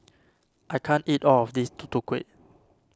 I can't eat all of this Tutu Kueh